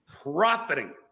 Profiting